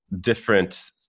different